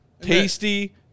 Tasty